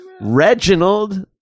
Reginald